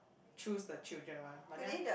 choose the children one but then